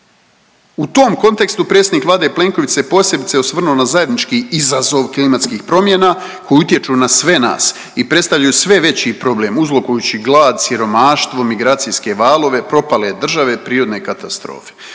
U tom kontekstu predsjednik Vlade Plenković se posebice osvrnuo na zajednički izazov klimatskih promjena koji utječu na sve nas i predstavljaju sve veći problem uzrokujući glad, siromaštvo, migracijske valove, propale države, prirodne katastrofe.